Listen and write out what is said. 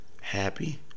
Happy